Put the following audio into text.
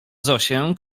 zosię